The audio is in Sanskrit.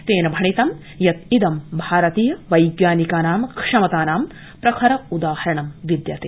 तेन भणितं यत इदं भारतीय वैज्ञानिकानां क्षमतानां प्रखर उदाहरणं विद्यते